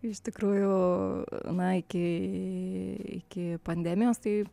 iš tikrųjų na iki iki pandemijos tai